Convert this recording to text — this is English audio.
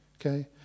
okay